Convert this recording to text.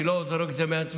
אני לא זורק את זה מעצמי,